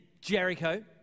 Jericho